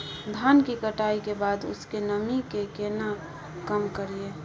धान की कटाई के बाद उसके नमी के केना कम करियै?